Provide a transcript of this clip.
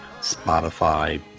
Spotify